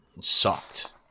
sucked